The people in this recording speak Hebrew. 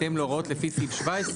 אולי נגדיל את הקנסות בעניין הזה.